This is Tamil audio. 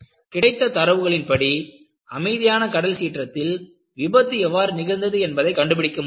கிடைத்த தரவுகளின் படி அமைதியான கடல் சீற்றத்தில் விபத்து எவ்வாறு நிகழ்ந்தது என்பதை கண்டுபிடிக்க முடியும்